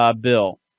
bill